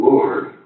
Lord